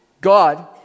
God